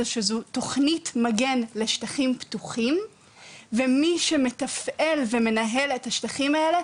שזו תכנית מגן לשטחים פתוחים ומי שמתפעל ומנהל את השטחים האלה,